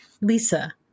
Lisa